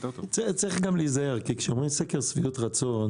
צריך גם להיזהר כי כשאומרים סקר שביעות רצון